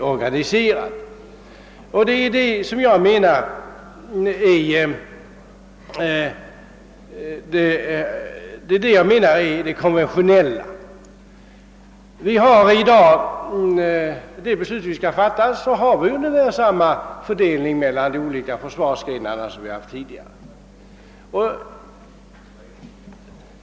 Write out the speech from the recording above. Det är det som jag menar är konventionellt. I det förslag vi behandlar i dag är fördelningen mellan de olika försvarsgrenarna ungefär densamma som den har varit tidigare.